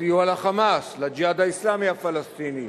סיוע ל"חמאס", ל"ג'יהאד האסלאמי" הפלסטיני,